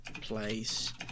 place